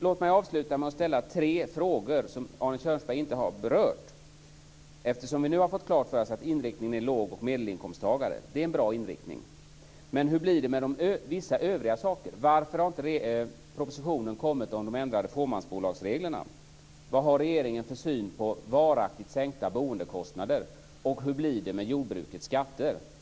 Låt mig avsluta med att ställa tre frågor som Arne Kjörnsberg inte har berört. Vi har fått klart för oss att inriktningen är låg och medelinkomsttagare, och det är en bra inriktning. Men hur blir det med vissa övriga saker? Varför har inte propositionen kommit om de ändrade fåmansbolagsreglerna? Vad har regeringen för syn på varaktigt sänkta boendekostnader? Hur blir det med jordbrukets skatter?